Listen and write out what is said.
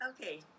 Okay